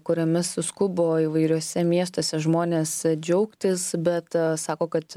kuriomis suskubo įvairiuose miestuose žmonės džiaugtis bet sako kad